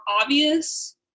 obvious